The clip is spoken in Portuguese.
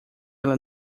ela